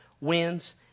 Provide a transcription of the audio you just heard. wins